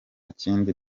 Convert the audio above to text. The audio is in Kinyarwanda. kindi